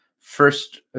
first